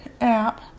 app